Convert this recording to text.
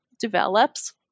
develops